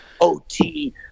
OT